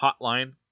Hotline